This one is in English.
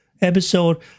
episode